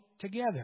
together